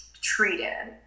treated